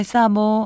Sabo